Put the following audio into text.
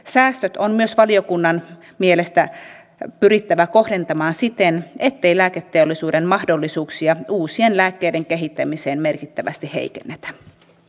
säästöt on myös valiokunnan mielestä pyrittävä kohdentamaan siten ettei lääketeollisuuden mahdollisuuksia uusien lääkkeiden kehittämiseen merkittävästi heikennetä